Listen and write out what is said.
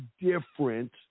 different